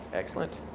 excellent.